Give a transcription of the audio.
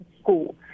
school